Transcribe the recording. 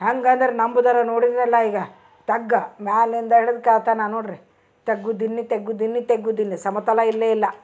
ಹಂಗಂದ್ರ ನಂಬುದರ ನೋಡಿದಲ್ಲ ಈಗ ತಗ್ಗ ಮ್ಯಾಲಿಂದ ಹಿಡ್ದು ಕೆಳ್ತನಕ ನೋಡ್ರಿ ತಗ್ಗು ದಿನ್ನಿ ತಗ್ಗು ದಿನ್ನಿ ತಗ್ಗು ದಿನ್ನಿ ಸಮತಲ ಇಲ್ಲೇ ಇಲ್ಲ